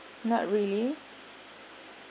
not really